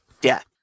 death